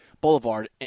Boulevard